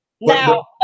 now